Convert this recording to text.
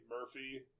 Murphy